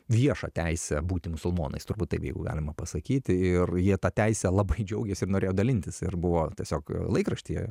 viešą teisę būti musulmonais turbūt taip jeigu galima pasakyti ir jie ta teise labai džiaugėsi ir norėjo dalintis ir buvo tiesiog laikraštyje